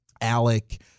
Alec